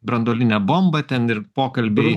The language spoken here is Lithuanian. branduolinę bombą ten ir pokalbiai